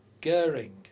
Goering